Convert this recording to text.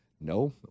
No